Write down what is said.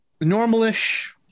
normal-ish